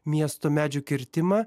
miesto medžių kirtimą